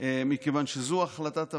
מכיוון שזו החלטת הוועדה.